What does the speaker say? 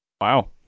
Wow